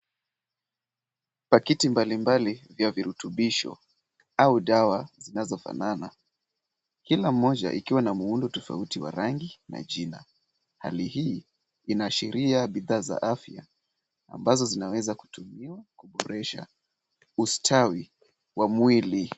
Pakiti mbalimbali vya virutumbisho au dawa zinazofanana, kila moja ikiwa na muundo tofauti wa rangi na jina. Hali hii inaashiria bidhaa za afya, ambazo zinaweza kutumiwa kuboresha ustawi wa mwili.